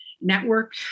network